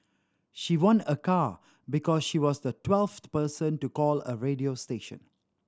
she won a car because she was the twelfth person to call a radio station